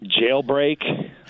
Jailbreak